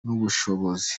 n’ubushobozi